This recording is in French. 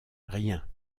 rien